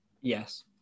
Yes